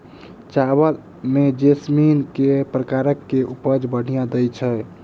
चावल म जैसमिन केँ प्रकार कऽ उपज बढ़िया दैय छै?